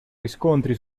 riscontri